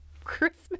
Christmas